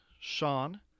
Sean